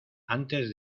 antes